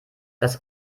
dass